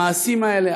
המעשים האלה,